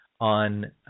on